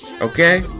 okay